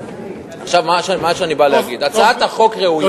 עכשיו מה שאני בא להגיד זה שהצעת החוק ראויה,